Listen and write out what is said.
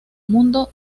mundo